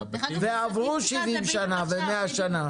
ועברו 70 שנה ו-100 שנה.